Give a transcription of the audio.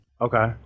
okay